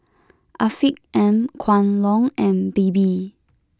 Afiq M Kwan Loong and Bebe